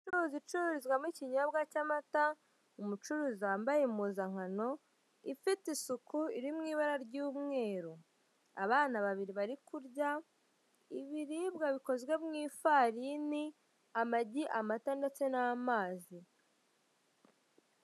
Inzu y'ubucuruzi icururizwamo ikinyobwa cy'amata, umucuruzi wambaye impuzankano, ifite isuku iri mu ibara ry'umweru. Abana babiri bari kurya ibiribwa bikozwe mu ifarini, amagi, amata ndetse n'amazi.